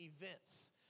events